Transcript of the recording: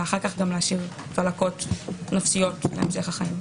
ולהשאיר צלקות נפשיות להמשך החיים.